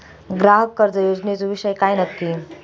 ग्राहक कर्ज योजनेचो विषय काय नक्की?